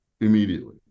immediately